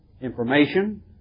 information